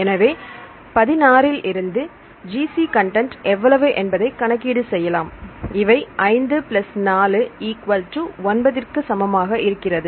எனவே 16 இல் இருந்து GC கண்டெண்ட் எவ்வளவு என்பதை கணக்கீடு செய்யலாம் இவை 5 பிளஸ் 49 ற்கு சமமாக இருக்கிறது